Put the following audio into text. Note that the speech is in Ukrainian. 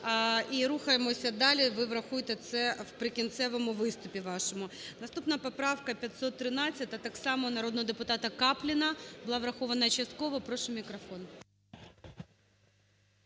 і рухаємося далі. Ви врахуйте це в прикінцевому виступі вашому. Наступна - поправка 513, так само народного депутатаКапліна, була врахована частково. Прошу, мікрофон.